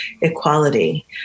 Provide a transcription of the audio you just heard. equality